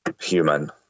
human